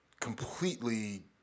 completely